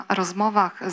rozmowach